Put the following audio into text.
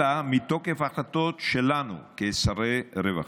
אלא מתוקף החלטות שלנו כשרי רווחה,